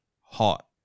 hot